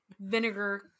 Vinegar